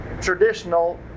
traditional